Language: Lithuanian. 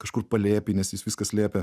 kažkur palėpėj nes jis viską slėpė